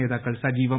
നേതാക്കൾ സജീവം